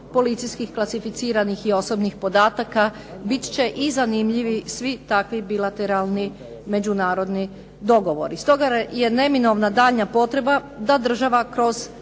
policijskih klasificiranih i osobnih podataka, biti će i zanimljivi svi takvi bilateralni međunarodni dogovori. Stoga je neminovna daljnja potreba da država kroz